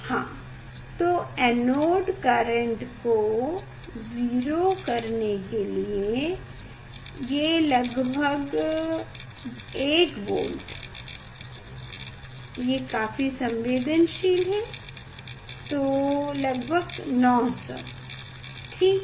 हाँ तो anode current को 0 करने के लिए ये लगभग है 1 वोल्ट ये काफी संवेदनशील है तो लगभग 900 ठीक